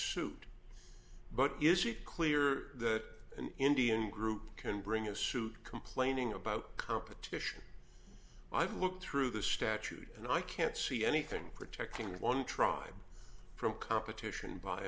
suit but is it clear that an indian group can bring a suit complaining about competition i've looked through the statute and i can't see anything protecting one tribe from competition by